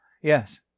Yes